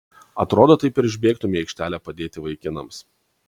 atrodo taip ir išbėgtumei į aikštelę padėti vaikinams